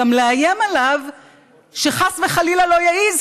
גם לאיים עליו שחס וחלילה לא יעז,